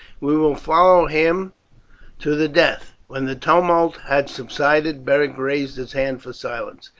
we will follow him to the death. when the tumult had subsided, beric raised his hand for silence.